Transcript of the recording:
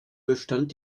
bestand